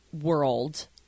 World